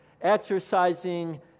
exercising